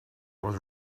was